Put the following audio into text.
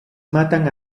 matan